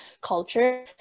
culture